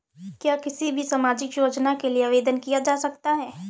क्या किसी भी सामाजिक योजना के लिए आवेदन किया जा सकता है?